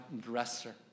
dresser